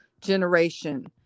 generation